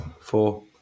four